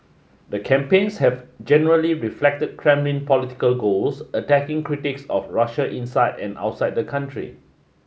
the campaigns have generally reflected Kremlin political goals attacking critics of Russia inside and outside the country